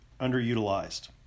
underutilized